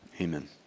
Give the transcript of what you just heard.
Amen